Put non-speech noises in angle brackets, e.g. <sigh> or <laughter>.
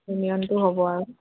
<unintelligible> নিয়মটো হ'ব আৰু